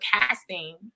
casting